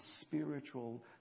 spiritual